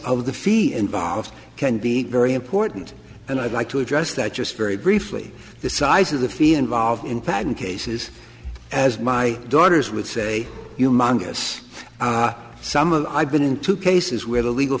of the field involved can be very important and i'd like to address that just very briefly the size of the fee involved in patent cases as my daughters would say you mongoose some of i've been in two cases where the legal